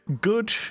good